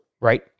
Right